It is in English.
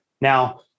Now